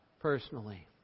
personally